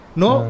no